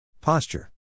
Posture